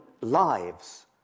lives